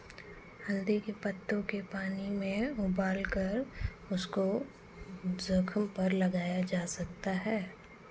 हल्दी के पत्तों के पानी में उबालकर उसको जख्म पर लगाया जा सकता है